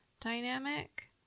dynamic